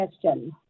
question